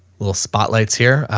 little spotlights here.